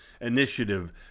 Initiative